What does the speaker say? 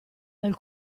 dal